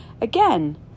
Again